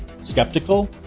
skeptical